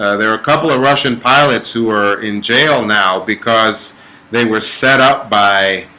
ah there are a couple of russian pilots. who are in jail now because they were set up by